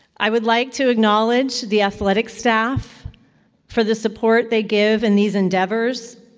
i would like to acknowledge the athletic staff for the support they give in these endeavors,